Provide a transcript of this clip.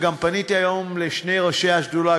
וגם פניתי היום לשני ראשי השדולה,